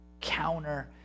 counter